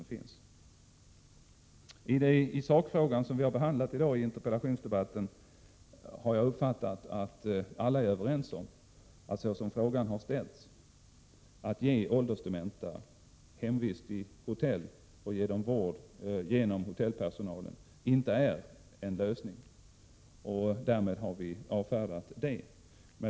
I den sakfråga som behandlats i dagens interpellationsdebatt har jag uppfattat att alla är överens om att frågan om att ge åldersdementa hemvist i hotell och ge dem vård genom hotellpersonalen inte är en bra lösning. Därmed har vi avfärdat det.